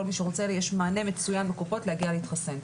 כל מי שרוצה, יש מענה מצוין בקופות להגיע להתחסן.